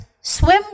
swim